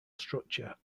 structure